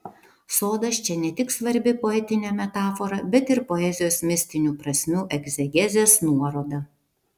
sodas čia ne tik svarbi poetinė metafora bet ir poezijos mistinių prasmių egzegezės nuoroda